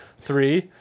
three